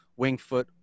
wingfoot